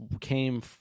came